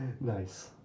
Nice